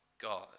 God